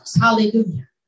Hallelujah